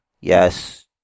Yes